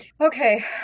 Okay